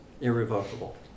irrevocable